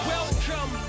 Welcome